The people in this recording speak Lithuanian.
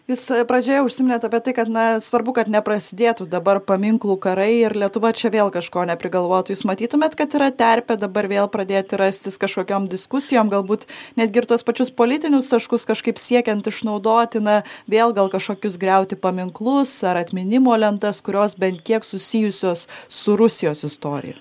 jūs pradžioje užsiminėt apie tai kad na svarbu kad neprasidėtų dabar paminklų karai ir lietuva čia vėl kažko neprigalvotų jūs matytumėt kad yra terpė dabar vėl pradėti rastis kažkokiom diskusijom galbūt netgi ir tuos pačius politinius taškus kažkaip siekiant išnaudoti na vėl gal kažkokius griauti paminklus ar atminimo lentas kurios bent kiek susijusios su rusijos istorija